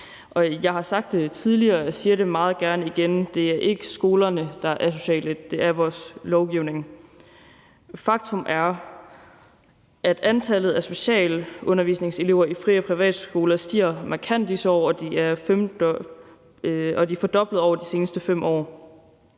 Jeg har sagt det tidligere, og jeg siger det meget gerne igen: Det er ikke skolerne, der er asociale; det er vores lovgivning. Faktum er, at antallet af specialundervisningselever i fri- og privatskoler stiger markant i disse år, og det er fordoblet over de seneste 5 år.